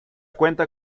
cuenta